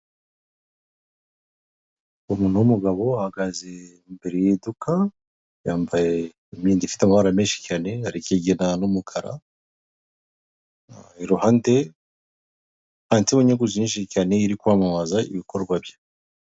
Umuntu w'umugabo uhagaze imbere y'iduka yambaye imyenda ifite amabara menshi cyane arikigina n'umukara, iruhande handitseho inyuguti nyinshi cyane ziri kwamamaza ibikorwa bye.